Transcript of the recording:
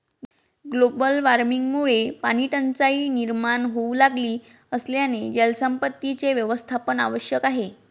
global वॉर्मिंगमुळे पाणीटंचाई निर्माण होऊ लागली असल्याने जलसंपत्तीचे व्यवस्थापन आवश्यक आहे